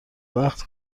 وقت